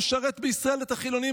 משרת בישראל את החילונים,